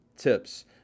tips